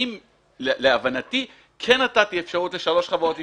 היא כן נתנה אפשרות לשלוש חברות להשתתף.